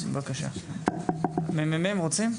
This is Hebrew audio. ממ"מ, רוצים?